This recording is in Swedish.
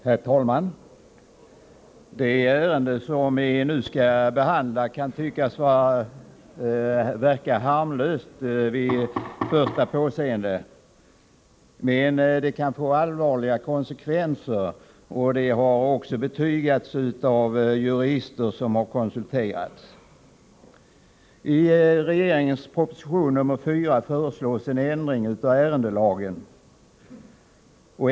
Herr talman! Det ärende vi nu skall behandla kan vid första påseende verka harmlöst, men förslaget kan få allvarliga konsekvenser, och det har också betygats av jurister som har konsulterats. I regeringens proposition nr 4 föreslås en ändring av ärendelagen.